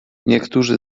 niektórzy